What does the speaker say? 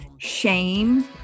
shame